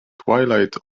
twilight